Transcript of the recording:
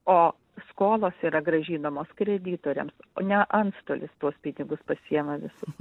o skolos yra grąžinamos kreditoriams o ne antstolis tuos pinigus pasiima visus